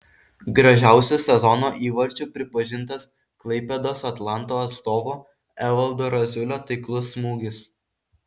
gražiausiu sezono įvarčiu pripažintas klaipėdos atlanto atstovo evaldo raziulio taiklus smūgis